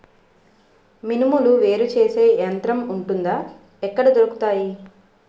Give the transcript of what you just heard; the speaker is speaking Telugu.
మినుములు వేరు చేసే యంత్రం వుంటుందా? ఎక్కడ దొరుకుతాయి?